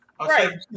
Right